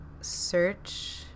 search